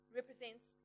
represents